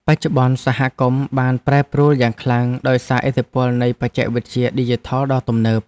បច្ចុប្បន្ន សហគមន៍បានប្រែប្រួលយ៉ាងខ្លាំងដោយសារឥទ្ធិពលនៃបច្ចេកវិទ្យាឌីជីថលដ៏ទំនើប។